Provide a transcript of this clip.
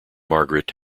margaret